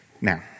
Now